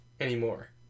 anymore